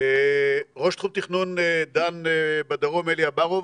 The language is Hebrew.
ראש תחום תכנון דן בדרום, אלי אוברוב.